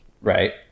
Right